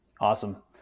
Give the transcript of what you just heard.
Awesome